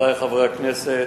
חברי חברי הכנסת,